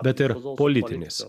bet ir politinis